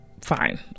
fine